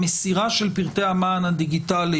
המסירה של פרטי המען הדיגיטלי